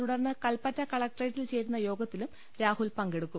തുടർന്ന് കൽപറ്റ കളക്ടറേറ്റിൽ ചേരുന്ന യോഗത്തിലും രാഹുൽ പങ്കെടുക്കും